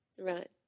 Right